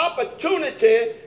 opportunity